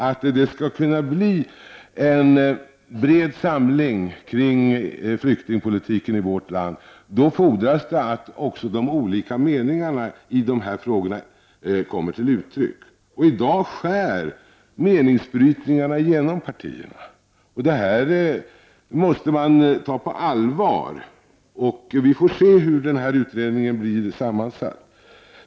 Om det skall kunna bli en bred samling kring flyktingpolitiken i vårt land fordras det också att de olika meningarna i dessa frågor kommer till uttryck. I dag skär meningsbrytningarna igenom partierna, och det måste man ta på allvar. Vi får se hur denna utredning blir sammansatt.